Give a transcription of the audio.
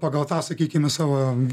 pagal tą sakykime savo